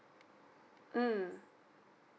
mm